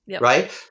right